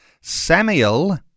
Samuel